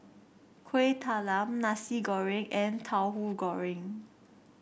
Kuih Talam Nasi Goreng and Tauhu Goreng